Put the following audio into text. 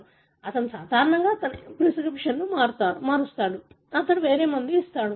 మీకు తెలుసా అతను సాధారణంగా అతను ప్రిస్క్రిప్షన్ని మారుస్తాడు అతను వేరే మందు ఇస్తాడు